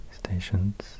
stations